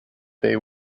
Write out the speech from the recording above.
they